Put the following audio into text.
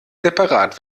separat